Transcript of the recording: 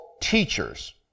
teachers